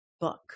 book